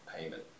payment